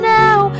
now